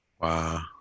Wow